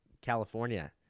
California